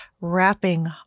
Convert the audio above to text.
wrapping